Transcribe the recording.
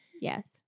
Yes